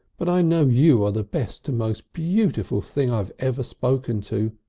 but i know you are the best and most beautiful thing i've ever spoken to.